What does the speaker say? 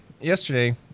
yesterday